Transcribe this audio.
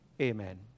Amen